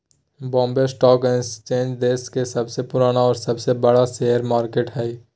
Bombay stock exchange देश के सबसे पुराना और सबसे बड़ा शेयर मार्केट हइ